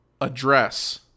address